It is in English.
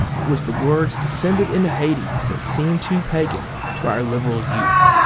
it was the words descended into hades that seemed too pagan to our liberal youth.